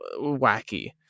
wacky